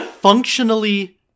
functionally